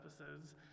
episodes